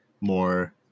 more